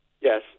Yes